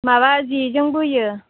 माबा जेजों बोयो